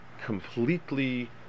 completely